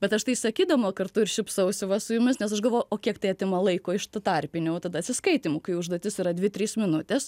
bet aš tai sakydama kartu ir šypsausi va su jumis nes aš galvoju o kiek tai atima laiko iš tų tarpinių tada atsiskaitymų kai užduotis yra dvi tris minutės